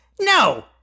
No